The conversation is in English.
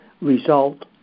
result